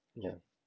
yeah